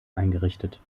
eingerichtet